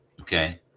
Okay